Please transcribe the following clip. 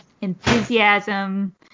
enthusiasm